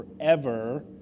forever